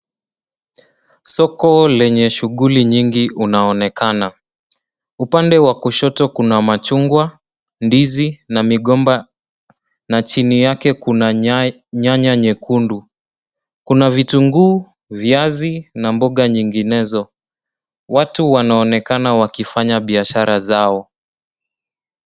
Soko lenye shughuli nyingi unaonekana. Upande wa kushoto kuna machungwa, ndizi na migomba na chini yake kuna nyanya nyekundu. Kuna vitunguu, viazi na mboga nyinginezo. Watu wanaonekana wakifanya biashara zao.